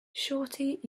shawty